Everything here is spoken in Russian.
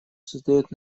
создает